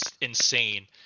insane